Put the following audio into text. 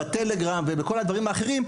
ב- Telegram ובשאר הרשתות החברתיות,